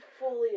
fully